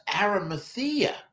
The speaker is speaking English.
Arimathea